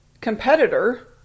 competitor